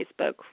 Facebook